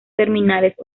terminales